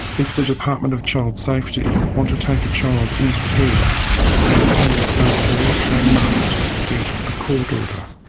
if the department of child safety want to take a child into care and the parents don't agree, they must get a court order.